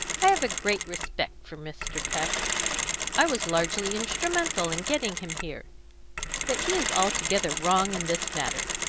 i have a great respect for mr. peck i was largely instrumental in getting him here but he is altogether wrong in this matter.